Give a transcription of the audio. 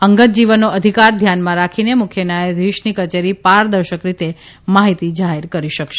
અંગત જીવનનો અધિકાર ધ્યાનમાં રાખીને મુખ્ય ન્યાયાધીશની કચેરી પારદર્શક રીતે માહીતી જાહેર કરી શકશે